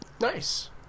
Nice